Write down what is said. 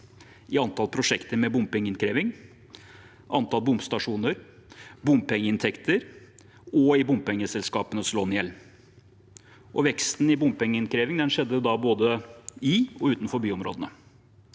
i antall prosjekter med bompengeinnkreving, antall bomstasjoner, bompengeinntekter og vekst i bompengeselskapenes lån/gjeld. Veksten i bompengeinnkreving skjedde både i og utenfor byområdene.